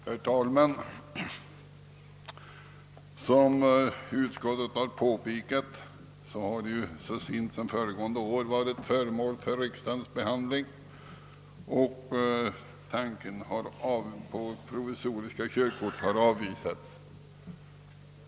Herr talman! Såsom utskottet påpekat har denna fråga så sent som föregående år varit föremål för riksdagens behandling, varvid tanken på provisoriska körkort har avvisats.